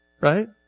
right